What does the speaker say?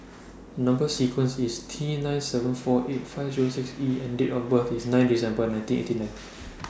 Number sequence IS T nine seven four eight five Zero six E and Date of birth IS nine December nineteen eighty nine